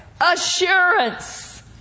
Assurance